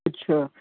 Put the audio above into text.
اچھا